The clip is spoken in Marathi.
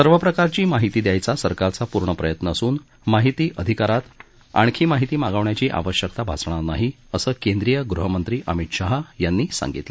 सर्व प्रकारची माहिती द्यायचा सरकारचा पूर्ण प्रयत्न असून माहिती अधिकारात माहिती मागवण्याची आवश्यकता भासणार नाही असं केंद्रीय गृहमंत्री अमित शाह यांनी सांगितलं